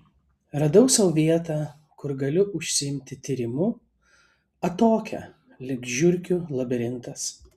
radau sau vietą kur galiu užsiimti tyrimu atokią lyg žiurkių labirintas